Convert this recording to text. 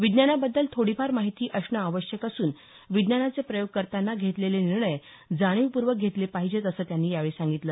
विज्ञानाबद्दल थोडीफार माहिती असणं आवश्यक असून विज्ञानाचे प्रयोग करतांना घेतलेले निर्णय जाणीवपूर्वक घेतले पाहिजेत असं त्यांनी यावेळी सांगितलं